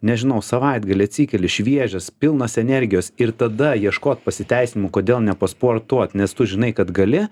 nežinau savaitgalį atsikeli šviežias pilnas energijos ir tada ieškot pasiteisinimų kodėl nepasportuot nes tu žinai kad gali